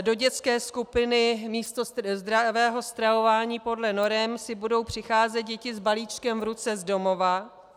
Do dětské skupiny místo zdravého stravování podle norem budou přicházet děti s balíčkem v ruce z domova.